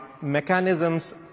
mechanisms